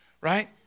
Right